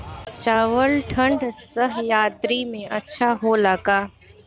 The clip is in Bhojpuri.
चावल ठंढ सह्याद्री में अच्छा होला का?